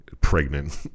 pregnant